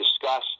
discussed